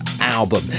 album